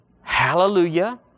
Hallelujah